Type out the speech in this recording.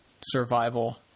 survival